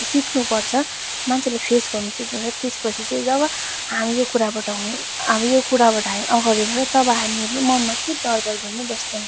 सिक्नुपर्छ मान्छेले फेस गर्नु सिक्नुपर्छ त्यसपछि चाहिँ जब हामी यो कुराबाट हामी यो कुराबाट अगाडि बढ्छ तब हामीहरू मनमा केही डरभर पनि बस्दैन